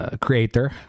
creator